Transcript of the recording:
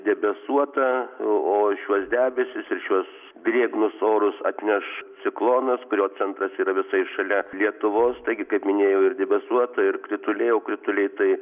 debesuota o šiuos debesis ir šiuos drėgnus orus atneš ciklonas kurio centras yra visai šalia lietuvos taigi kaip minėjau ir debesuota ir krituliai o krituliai tai